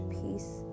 peace